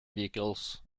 vehicles